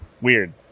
weird